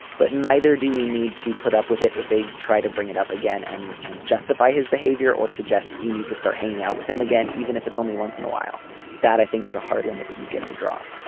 but neither do you need to put up with it. if they try to bring it up again and and justify his behavior or suggest that you need to start hanging out with him again even if it's only once in a while that i think is a hard limit that you get to draw.